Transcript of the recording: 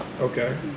okay